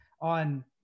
on